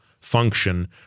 function